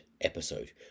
episode